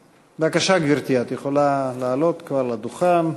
בבקשה, גברתי, את יכולה לעלות כבר לדוכן,